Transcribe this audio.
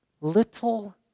little